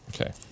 Okay